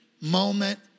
moment